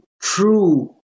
true